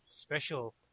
special